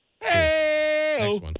Hey